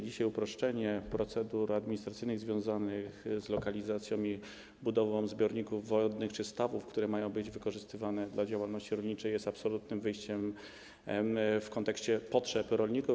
Dzisiaj uproszczenie procedur administracyjnych związanych z lokalizacją i budową zbiorników wodnych czy stawów, które mają być wykorzystywane do działalności rolniczej, jest absolutnie wyjściem w kontekście potrzeb rolników.